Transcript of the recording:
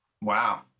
wow